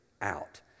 out